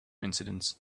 incidents